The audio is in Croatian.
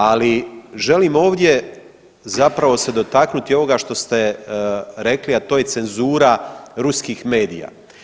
Ali želim ovdje zapravo se dotaknuti ovoga što ste rekli, a to je cenzura ruskih medija.